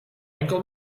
enkel